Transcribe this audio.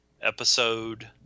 episode